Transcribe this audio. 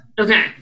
Okay